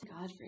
God